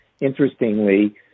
interestingly